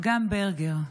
אגם ברגר.